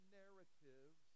narratives